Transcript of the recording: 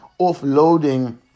offloading